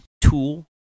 tool